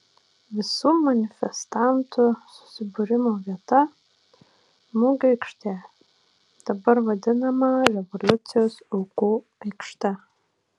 visų manifestantų susibūrimo vieta mugių aikštė dabar vadinama revoliucijos aukų aikšte